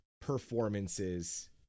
performances